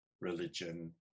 religion